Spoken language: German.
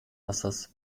wassers